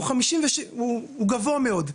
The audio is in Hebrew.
הוא גבוה מאוד.